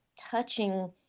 touching